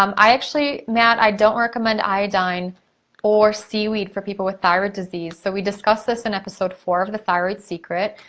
um i actually, matt, i don't recommend iodine or seaweed for people with thyroid disease. so, we discuss this in episode four of the thyroid secret.